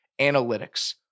analytics